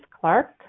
Clark